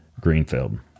Greenfield